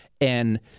and-